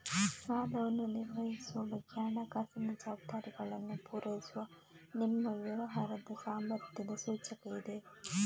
ಸಾಲವನ್ನು ನಿರ್ವಹಿಸುವ ಬಗ್ಗೆ ಹಣಕಾಸಿನ ಜವಾಬ್ದಾರಿಗಳನ್ನ ಪೂರೈಸುವ ನಿಮ್ಮ ವ್ಯವಹಾರದ ಸಾಮರ್ಥ್ಯದ ಸೂಚಕ ಇದೆ